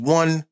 one